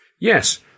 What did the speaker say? Yes